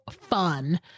fun